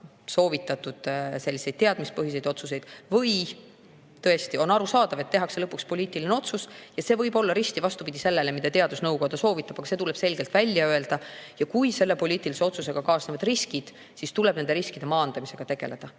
soovitatud teadmispõhiseid otsuseid või tõesti tehakse lõpuks poliitiline otsus, mis võib olla risti vastupidine sellele, mida teadusnõukoda soovitab. Aga see tuleb selgelt välja öelda. Ja kui selle poliitilise otsusega kaasnevad riskid, siis tuleb ka nende riskide maandamisega tegeleda.